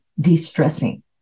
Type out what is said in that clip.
de-stressing